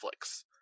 Netflix